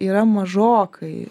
yra mažokai